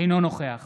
אינו נוכח